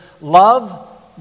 Love